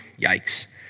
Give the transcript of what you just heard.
yikes